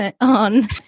on